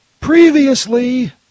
Previously